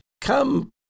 come